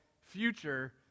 Future